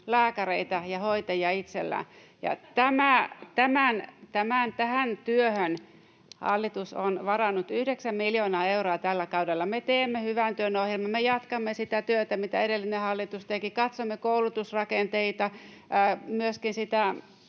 Saarikon välihuuto] Ja tähän työhön hallitus on varannut 9 miljoonaa euroa tällä kaudella. Me teemme hyvän työn ohjelman, me jatkamme sitä työtä, mitä edellinen hallitus teki. Katsomme koulutusrakenteita, myöskin niitä